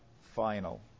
final